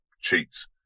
cheats